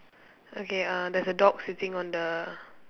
okay uh there's a dog sitting on the